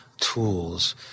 tools